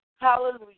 Hallelujah